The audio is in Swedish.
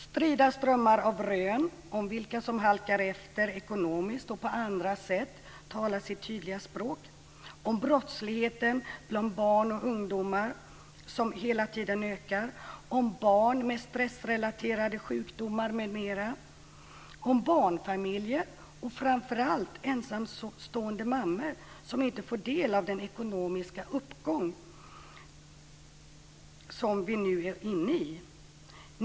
Strida strömmar av rön om vilka som halkar efter ekonomiskt och på andra sätt talar sitt tydliga språk. Det är rön om brottsligheten bland barn och ungdomar som hela tiden ökar, om barn med stressrelaterade sjukdomar, om barnfamiljer och framför allt om ensamstående mammor som inte får del av den ekonomiska uppgång vi nu är inne i.